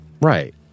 Right